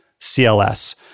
CLS